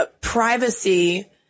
privacy